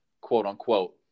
quote-unquote